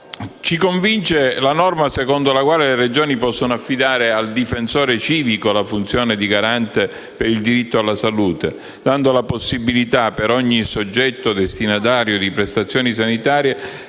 ci convince la norma secondo la quale le Regioni possono affidare al difensore civico la funzione di garante del diritto alla salute, dando la possibilità a ogni soggetto destinatario di prestazioni sanitarie